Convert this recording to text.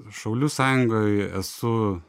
šaulių sąjungoj esu